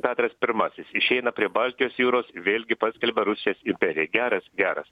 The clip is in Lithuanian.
petras pirmasis išeina prie baltijos jūros vėlgi paskelbia rusijos imperiją geras geras